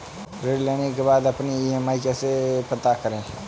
ऋण लेने के बाद अपनी ई.एम.आई कैसे पता करें?